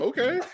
Okay